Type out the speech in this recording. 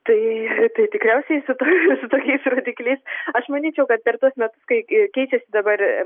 tai tai tikriausiai su to su tokiais rodikliais aš manyčiau kad per tuos metus kai keičiasi dabar